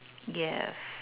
yes